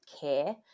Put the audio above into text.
care